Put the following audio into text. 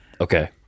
Okay